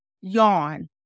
yawn